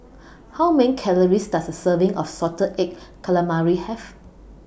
How Many Calories Does A Serving of Salted Egg Calamari Have